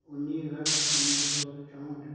ਉੱਨੀ ਅਗਸਤ ਉੱਨੀ ਸੌ ਚੋਂਹਠ